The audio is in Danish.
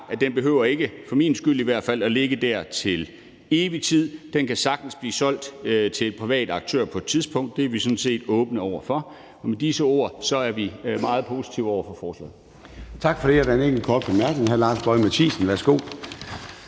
i hvert fald ikke for min skyld – at ligge dér til evig tid. Den kan sagtens blive solgt til en privat aktør på et tidspunkt. Det er vi sådan set åbne over for. Og med disse ord er vi meget positive over for forslaget.